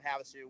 Havasu